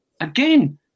Again